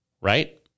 right